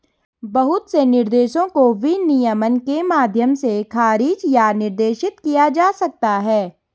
बहुत से निर्देशों को विनियमन के माध्यम से खारिज या निर्देशित किया जा सकता है